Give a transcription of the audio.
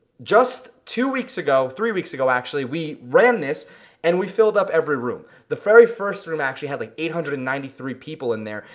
just two weeks ago, three weeks ago actually, we ran this and we filled up every room. the very first room actually had like eight hundred and ninety three people in there,